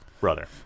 brother